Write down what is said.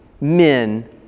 men